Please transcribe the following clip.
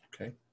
Okay